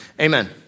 amen